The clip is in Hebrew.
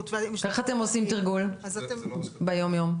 איך אתם עושים תרגול ביום יום?